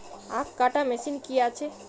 আখ কাটা মেশিন কি আছে?